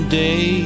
day